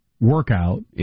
workout